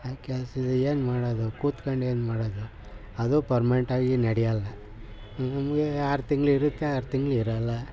ಆ ಕೆಲ್ಸ್ದಿಂದ ಏನು ಮಾಡೋದು ಕುತ್ಕಂಡೇನು ಮಾಡೋದು ಅದು ಪರ್ಮೆಂಟಾಗಿ ನಡಿಯಲ್ಲ ನಮಗೆ ತಿಂಗ್ಳು ಇರುತ್ತೆ ಆರು ತಿಂಗ್ಳು ಇರಲ್ಲ